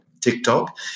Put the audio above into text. TikTok